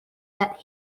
that